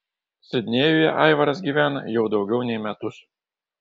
sidnėjuje aivaras gyvena jau daugiau nei metus